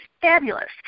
fabulous